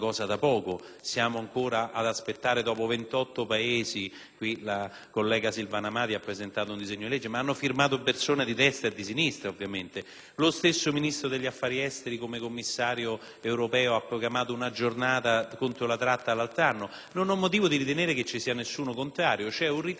La collega Silvana Amati ha presentato un disegno di legge in merito, che hanno firmato colleghi di destra e di sinistra; lo stesso Ministro degli affari esteri, come commissario europeo, ha proclamato una giornata contro la tratta l'anno scorso. Non ho motivo di ritenere che ci sia qualcuno contrario; c'è un ritardo della politica ad affrontare questo problema mentre continuiamo a parlare di sicurezza